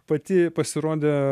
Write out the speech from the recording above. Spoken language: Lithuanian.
pati pasirodė